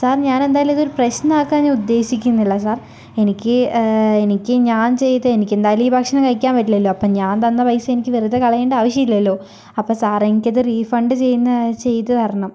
sir ഞാനെന്തായാലും ഇതൊരു പ്രശ്നമാക്കാൻ ഞാൻ ഉദ്ദേശിക്കുന്നില്ല സാർ എനിക്ക് എനിക്ക് ഞാൻ ചെയ്ത എനിക്കെന്തായാലും ഈ ഭക്ഷണം കഴിക്കാൻ പറ്റില്ലല്ലോ അപ്പം ഞാൻ തന്ന പൈസ എനിക്ക് വെറുതെ കളയണ്ട ആവശ്യം ഇല്ലല്ലോ അപ്പം സാർ എനിക്കത് റീഫണ്ട് ചെയ്യുന്ന ചെയ്ത് തരണം